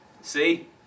See